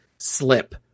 Slip